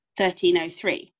1303